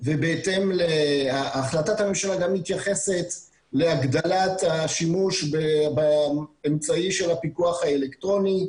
החלטת הממשלה גם מתייחסת להגדלת השימוש באמצעי של הפיקוח האלקטרוני,